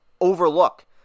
overlook